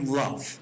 love